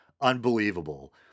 Unbelievable